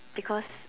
because